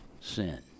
sin